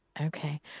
Okay